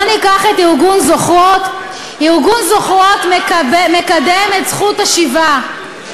ארגון "זוכרות" מקדם את זכות השיבה.